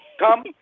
Come